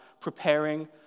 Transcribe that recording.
preparing